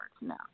No